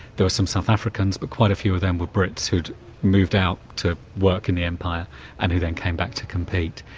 there were some south africans, but quite a few of them were brits who'd moved out to work in the empire and who then came back to compete.